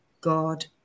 God